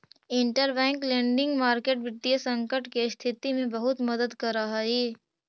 interbank lending market वित्तीय संकट के स्थिति में बहुत मदद करऽ हइ